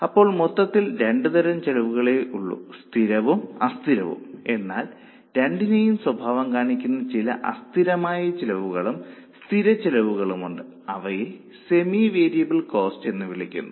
അപ്പോൾ മൊത്തത്തിൽ രണ്ടു തരം ചെലവുകളെ ഉള്ളൂ സ്ഥിരവും അസ്ഥിരവും എന്നാൽ രണ്ടിന്റെയും സ്വഭാവം കാണിക്കുന്ന ചില അസ്ഥിരമായ ചെലവുകളും സ്ഥിര ചെലവുകളും ഉണ്ട് അവയെ സെമി വേരിയബിൾ കോസ്റ്റ് എന്ന് വിളിക്കുന്നു